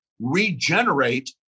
regenerate